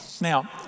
Now